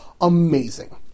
amazing